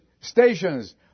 stations